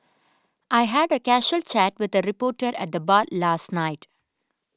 I had a casual chat with a reporter at the bar last night